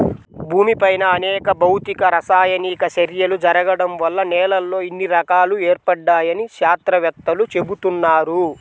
భూమిపైన అనేక భౌతిక, రసాయనిక చర్యలు జరగడం వల్ల నేలల్లో ఇన్ని రకాలు ఏర్పడ్డాయని శాత్రవేత్తలు చెబుతున్నారు